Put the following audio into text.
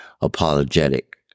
apologetic